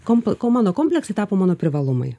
komp ko mano komplektai tapo mano privalumai